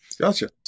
Gotcha